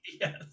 Yes